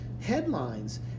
headlines